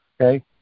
okay